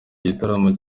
igitaramo